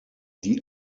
die